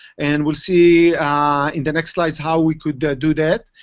and we'll see in the next slides how we could do that.